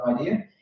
idea